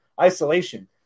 isolation